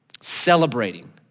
Celebrating